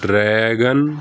dragon